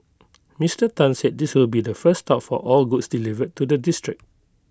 Mister Tan said this will be the first stop for all goods delivered to the district